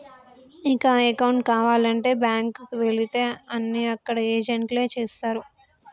ఇక అకౌంటు కావాలంటే బ్యాంకుకి వెళితే అన్నీ అక్కడ ఏజెంట్లే చేస్తరు